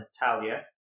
Natalia